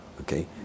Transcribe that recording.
Okay